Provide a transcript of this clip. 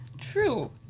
True